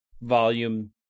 volume